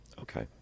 Okay